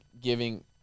giving